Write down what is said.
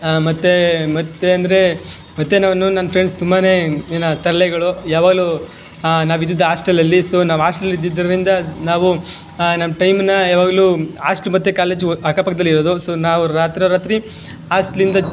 ಮತ್ತೆ ಮತ್ತೆ ಅಂದರೆ ಮತ್ತೆ ನಾನು ನನ್ನ ಫ್ರೆಂಡ್ಸ್ ತುಂಬಾ ಏನು ತರಲೆಗಳು ಯಾವಾಗಲೂ ನಾವಿದ್ದಿದ್ದು ಆಸ್ಟೆಲಲ್ಲಿ ಸೊ ನಾವು ಆಸ್ಟೆಲಲ್ಲಿ ಇದ್ದಿದ್ದರಿಂದ ನಾವು ನಮ್ಮ ಟೈಮನ್ನ ಯಾವಾಗಲೂ ಆಸ್ಟ್ಲು ಮತ್ತು ಕಾಲೇಜು ಅಕ್ಕ ಪಕ್ಕದಲ್ಲಿ ಇರೋದು ಸೊ ನಾವು ರಾತ್ರೋ ರಾತ್ರಿ ಆಸ್ಟ್ಲಿಂದ